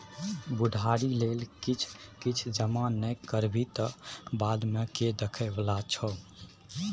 बुढ़ारी लेल किछ किछ जमा नहि करबिही तँ बादमे के देखय बला छौ?